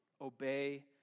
obey